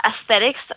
Aesthetics